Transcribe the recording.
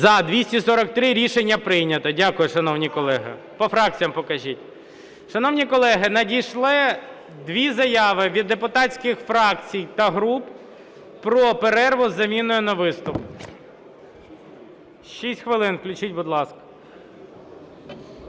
За-243 Рішення прийнято. Дякую, шановні колеги. По фракціям покажіть. Шановні колеги, надійшли дві заяви від депутатських фракцій та груп про перерву із заміною на виступ. 6 хвилин включіть, будь ласка.